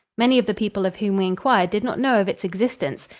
many of the people of whom we inquired did not know of its existence,